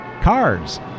cars